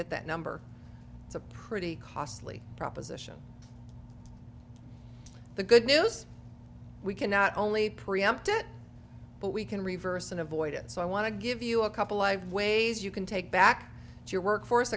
get that number it's a pretty costly proposition the good news is we can not only preempt it but we can reverse and avoid it so i want to give you a couple live ways you can take back to your workforce